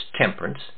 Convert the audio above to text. temperance